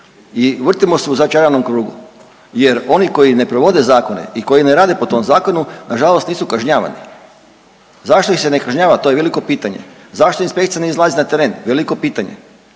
i vrtimo se u začaranom krugu jer oni koji ne provode zakone i koji ne rade po tom zakonu nažalost nisu kažnjavani. Zašto ih se ne kažnjava, to je veliko pitanje? Zašto inspekcija ne izlazi na teren, veliko pitanje?